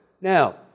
Now